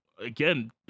again